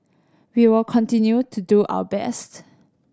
we will continue to do our best